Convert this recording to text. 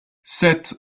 sept